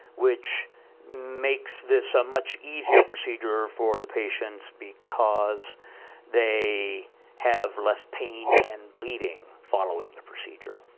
which makes this a much easier procedure for the patients because they have less pain and bleeding following the procedure.